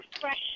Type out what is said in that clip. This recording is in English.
fresh